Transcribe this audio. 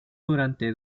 durante